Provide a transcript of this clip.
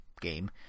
game